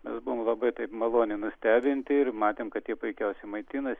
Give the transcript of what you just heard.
mes buvom labai taip maloniai nustebinti ir matėm kad jie puikiausiai maitinasi